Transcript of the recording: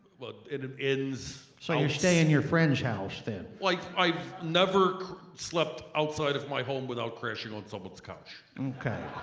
but and um so you stay in your friend's house then? like i've never slept outside of my home without crashing on someone's couch. okay,